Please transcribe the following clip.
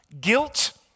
Guilt